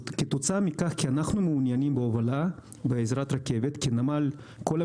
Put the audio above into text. אנחנו מעוניינים בהובלה בעזרת רכבת כי רוב